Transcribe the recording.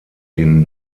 den